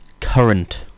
current